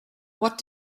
what